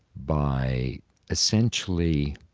by essentially